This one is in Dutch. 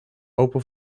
open